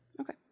Okay